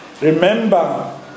Remember